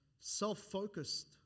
self-focused